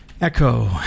Echo